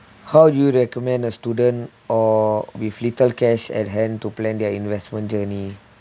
how would you recommend a student or with little cash at hand to plan their investment journey